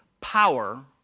power